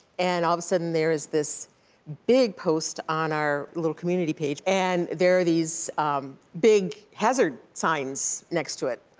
and all of a sudden, there is this big post on our little community page, and there are these big hazard signs next to it.